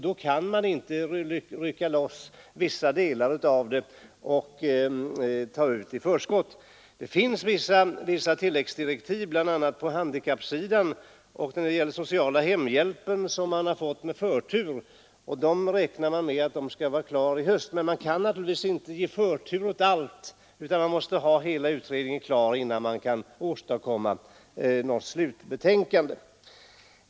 Då kan man inte rycka loss vissa delar av problemet och ta dem i förskott. Det finns vissa tilläggsdirektiv, bl.a. på handikappsidan och i fråga om den sociala hemhjälpen, som utredningen fått med förtur. Man räknar med att dessa delar skall vara klara i höst, men det går naturligtvis inte att ge förtur åt allt, utan man måste ha hela utredningen klar innan man kan åstadkomma något slutbetänkande.